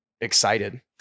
excited